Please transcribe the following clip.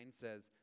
says